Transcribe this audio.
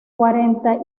cuarenta